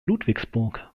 ludwigsburg